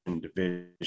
Division